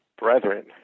brethren